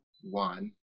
one